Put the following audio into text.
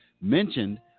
mentioned